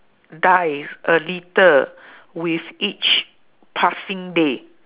die a little with each passing day